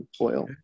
oil